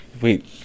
wait